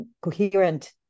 coherent